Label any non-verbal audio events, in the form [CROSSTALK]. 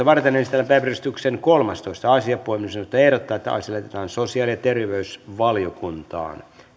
[UNINTELLIGIBLE] varten esitellään päiväjärjestyksen kolmastoista asia puhemiesneuvosto ehdottaa että asia lähetetään sosiaali ja terveysvaliokuntaan